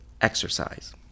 exercise